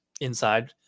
inside